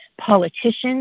politicians